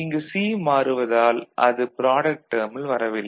இங்கு C மாறுவதால் அது ப்ராடக்ட் டேர்மில் வரவில்லை